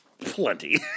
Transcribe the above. Plenty